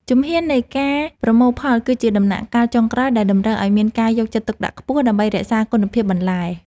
ជំហាននៃការប្រមូលផលគឺជាដំណាក់កាលចុងក្រោយដែលតម្រូវឱ្យមានការយកចិត្តទុកដាក់ខ្ពស់ ដើម្បីរក្សាគុណភាពបន្លែ។